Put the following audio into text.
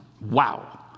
Wow